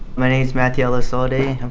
my name's matthew elizalde.